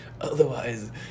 Otherwise